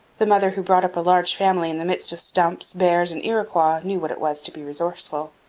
the mother who brought up a large family in the midst of stumps, bears, and iroquois knew what it was to be resourceful.